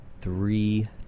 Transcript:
three